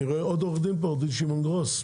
אני רואה עוד עורך דין פה, עו"ד שמעון גרוס.